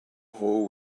whole